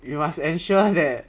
you must ensure that